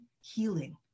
healing